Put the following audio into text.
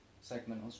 segment